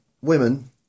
women